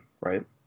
right